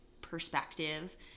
perspective